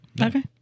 Okay